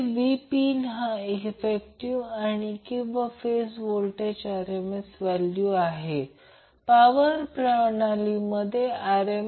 RL आणि XC चे मूल्य शोधा ज्यामुळे लोडला मॅक्झिमम पॉवर ट्रान्सफर होते